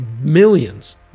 millions